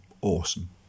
awesome